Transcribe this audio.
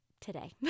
today